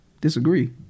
disagree